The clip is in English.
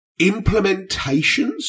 implementations